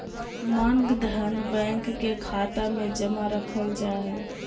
मांग धन, बैंक के खाता मे जमा रखल जा हय